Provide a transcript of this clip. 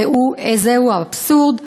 ראו איזה אבסורד: